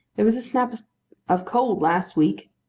there was a snap of cold, last week.